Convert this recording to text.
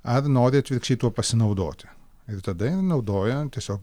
ar nori atvirkščiai tuo pasinaudoti ir tada jie naudoja tiesiog